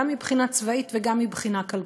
גם מבחינה צבאית וגם מבחינה כלכלית,